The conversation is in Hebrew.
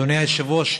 אדוני היושב-ראש,